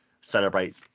celebrate